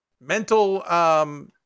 mental